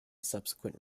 subsequent